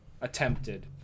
attempted